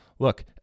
Look